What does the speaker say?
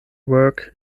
work